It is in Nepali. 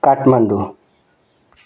काठमाडौँ